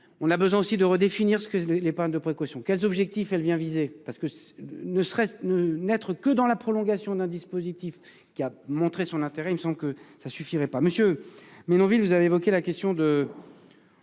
On a besoin aussi de redéfinir ce que les les épargne de précaution. Quels objectifs elle vient viser parce que ne serait-ce ne n'être que dans la prolongation d'un dispositif qui a montré son intérêt. Il me semble que ça suffirait pas monsieur mais villes vous avez évoqué la question de.